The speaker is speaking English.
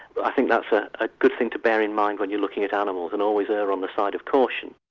but i think that's a ah good thing to bear in mind when you're looking at animals and always err on the side of caution.